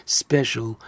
special